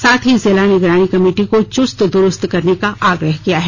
साथ ही जिला निगरानी कमेटी को चुस्त दुरूस्त करने का आग्रह किया है